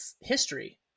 history